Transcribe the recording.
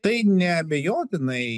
tai neabejotinai